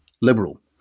liberal